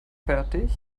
fertig